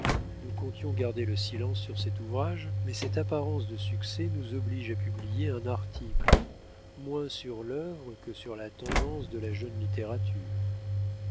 nous comptions garder le silence sur cet ouvrage mais cette apparence du succès nous oblige à publier un article moins sur l'œuvre que sur la tendance de la jeune littérature